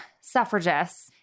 suffragists